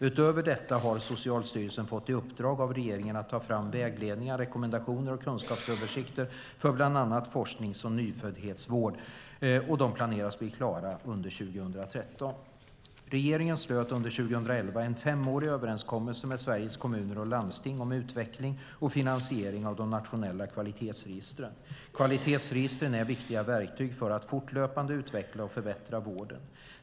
Utöver detta har Socialstyrelsen fått i uppdrag av regeringen att ta fram vägledningar, rekommendationer och kunskapsöversikter för bland annat förlossnings och nyföddhetsvård, och de planeras bli klara under 2013. Regeringen slöt under 2011 en femårig överenskommelse med Sveriges Kommuner och Landsting om utveckling och finansiering av de nationella kvalitetsregistren. Kvalitetsregistren är viktiga verktyg för att fortlöpande utveckla och förbättra vården.